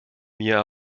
mir